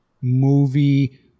movie